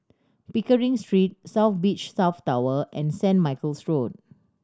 Pickering Street South Beach South Tower and Saint Michael's Road